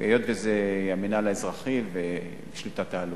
היות שזה המינהל האזרחי וזה בשליטת האלוף.